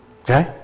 Okay